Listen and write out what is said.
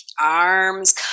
arms